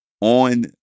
on